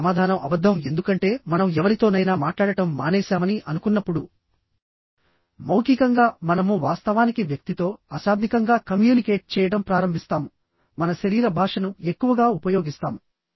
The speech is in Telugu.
ఇప్పుడుసమాధానం అబద్ధం ఎందుకంటే మనం ఎవరితోనైనా మాట్లాడటం మానేశామని అనుకున్నప్పుడు మౌఖికంగామనము వాస్తవానికి వ్యక్తితో అశాబ్దికంగా కమ్యూనికేట్ చేయడం ప్రారంభిస్తాము మన శరీర భాషను ఎక్కువగా ఉపయోగిస్తాము